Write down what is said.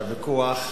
שהוויכוח,